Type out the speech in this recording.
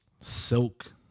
Silk